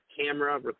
camera